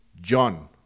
John